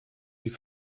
sie